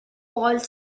falls